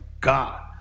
God